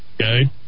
Okay